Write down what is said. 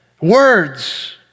Words